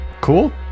Cool